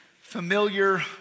familiar